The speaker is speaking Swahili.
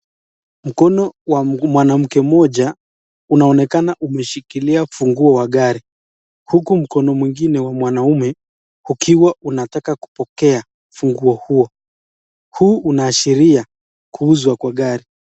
Mkono wa mwanamke mmoja unaonekana umeshikilia funguo wa gari. Huku mkono mwingine wa mwanaume ukiwa unataka kupokea funguo huo. Huu unaashiria kuuzwa kwa gari.